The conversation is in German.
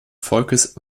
volkes